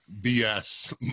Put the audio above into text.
BS